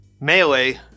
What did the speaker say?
Melee